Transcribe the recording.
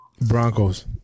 Broncos